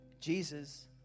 Jesus